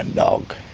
and dog!